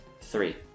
Three